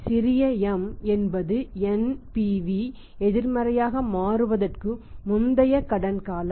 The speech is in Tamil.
சிறிய m என்பது NPV எதிர்மறையாக மாறுவதற்கு முந்தைய கடன் காலம்